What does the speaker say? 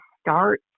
start